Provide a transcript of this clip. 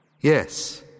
Yes